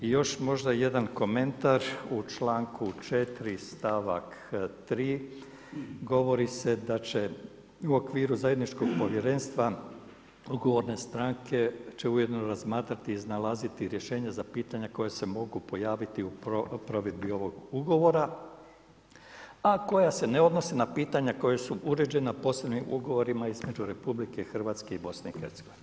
I još jedan komentar, u članku 4. stavak 3. govori se da će u okviru zajedničkog povjerenstva odgovorne stranke će ujedno razmatrati i iznalaziti rješenja za pitanja koje se mogu pojaviti u provedbi ovog ugovora, a koja se ne odnose na pitanja koja su uređena posebnim ugovorima između RH i BiH.